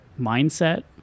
mindset